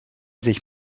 sich